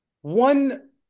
one